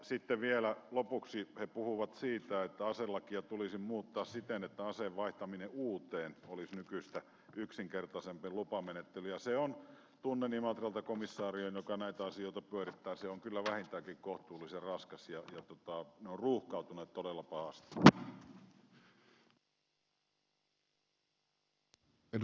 sitten vielä lopuksi he puhuvat siitä että aselakia tulisi muuttaa siten että aseen vaihtamisessa uuteen olisi nykyistä yksinkertaisempi lupamenettely ja se on tunnen imatralta komisarion joka näitä asioita pyörittää kyllä vähintäänkin kohtuullisen raskas ja ne ovat ruuhkautuneet todella pahasti